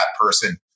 person